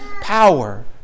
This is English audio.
power